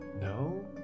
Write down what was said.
No